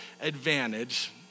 advantage